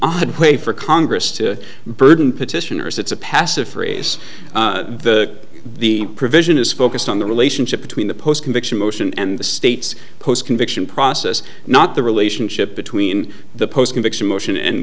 odd way for congress to burden petitioners it's a passive phrase the the provision is focused on the relationship between the post conviction motion and the state's post conviction process not the relationship between the post conviction motion and